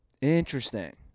interesting